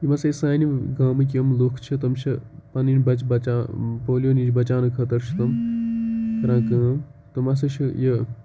یِم ہَسا یہِ سٲنۍ یِم گامٕکۍ یِم لُکھ چھِ تم چھِ پَنٕںۍ بَچہِ بَچا پولیو نِش بَچاونہٕ خٲطرٕ چھِ تم کَران کٲم تم ہَسا چھِ یہِ